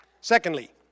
Secondly